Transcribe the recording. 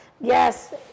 yes